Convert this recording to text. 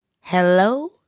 Hello